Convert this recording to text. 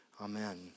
Amen